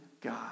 God